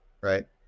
right